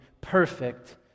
perfect